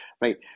Right